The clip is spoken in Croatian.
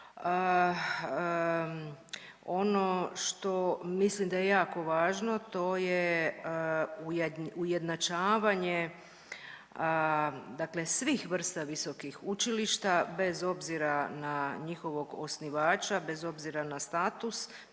Ono što mislim da je jako važno to je ujednačavanje dakle svih vrsta visokih učilišta bez obzira na njihovog osnivača, bez obzira na status,